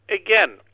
again